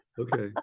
Okay